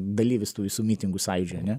dalyvis tų visų mitingų sąjūdžio ane